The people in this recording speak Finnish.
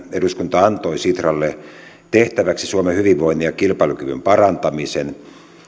eduskunta antoi sitralle tehtäväksi suomen hyvinvoinnin ja kilpailukyvyn parantamisen